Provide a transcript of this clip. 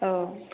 औ